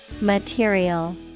Material